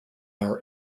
our